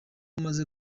maze